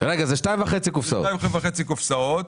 2.5 קופסאות.